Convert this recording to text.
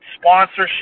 sponsorship